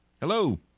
Hello